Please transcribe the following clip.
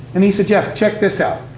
and he said, jeff, check this out.